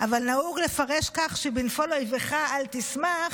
אבל נהוג לפרש כך: ש"בנפֹל אויִבך אל תשמח",